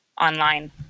online